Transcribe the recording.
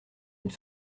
une